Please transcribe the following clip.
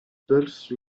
pulse